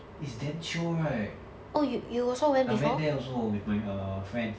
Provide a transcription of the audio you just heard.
it's damn chio right I went there also with my err friend